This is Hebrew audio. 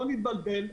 לא נתבלבל,